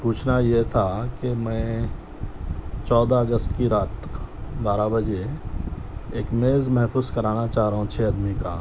پوچھنا یہ تھا کہ میں چودہ اگست کی رات بارہ بجے ایک میز محفوظ کرانا چاہ رہا ہوں چھ آدمی کا